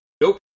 Nope